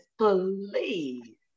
please